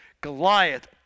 Goliath